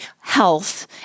health